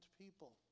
people